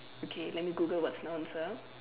okay let me Google what's nouns ah